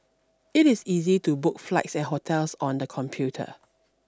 it is easy to book flights and hotels on the computer